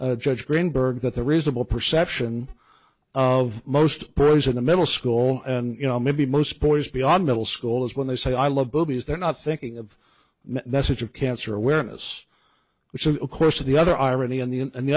honor judge greenberg that the reasonable perception of most pros in a middle school and you know maybe most boys beyond middle school is when they say i love boobies they're not thinking of message of cancer awareness which of course the other irony and the and the